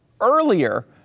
earlier